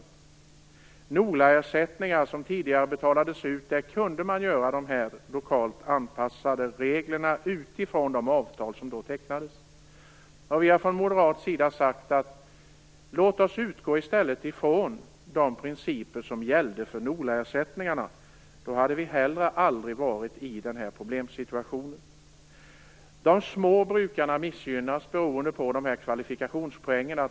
I fråga om NOLA-ersättningarna, som tidigare betalades ut, kunde man ha lokalt anpassade regler utifrån de avtal som då tecknades. Vi har från moderat sida sagt att vi i stället skall utgå från de principer som gällde för NOLA-ersättningarna. Då hade vi aldrig hamnat i denna problemsituation. De små brukarna missgynnas beroende på dessa kvalifikationspoäng.